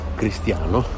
cristiano